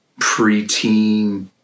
preteen